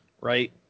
right